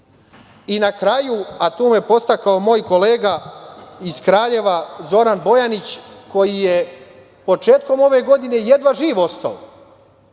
na kraju, a tu me je podstakao moj kolega iz Kraljeva, Zoran Bojanić koji je početkom ove godine jedva živ ostao